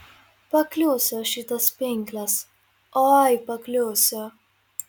pakliūsiu aš į tas pinkles oi pakliūsiu